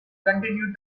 continue